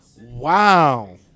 Wow